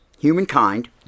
humankind